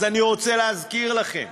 אז אני רוצה להזכיר לכם: